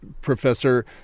Professor